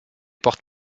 porte